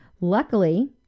Luckily